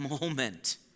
moment